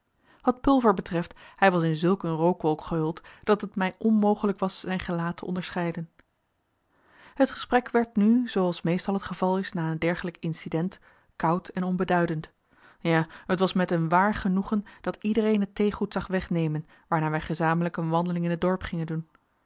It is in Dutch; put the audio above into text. wat pulver betreft hij was in zulk een rookwolk gehuld dat het mij onmogelijk was zijn gelaat te onderscheiden het gesprek werd nu zooals meestal het geval is na een dergelijk incident koud en onbeduidend ja het was met een waar genoegen dat iedereen het theegoed zag wegnemen waarna wij gezamenlijk een wandeling in t dorp gingen doen